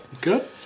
Good